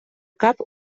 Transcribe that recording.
cap